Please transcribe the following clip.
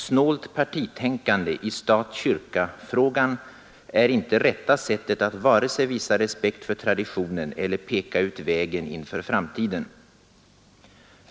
Snålt partitänkande i stat—kyrka-frågan är inte rätta sättet att vare sig visa respekt för traditionen eller peka ut vägen inför framtiden.